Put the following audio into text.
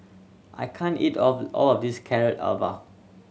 I can't eat of all of this Carrot